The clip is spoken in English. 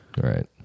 right